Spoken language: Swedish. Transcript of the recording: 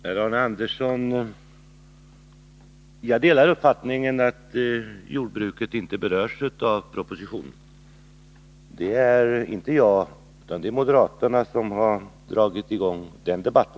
Herr talman! Jag delar Arne Anderssons uppfattning att jordbruket inte berörs av propositionen. Det är inte jag som har dragit i gång den debatten, utan det är moderaterna.